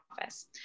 office